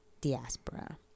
diaspora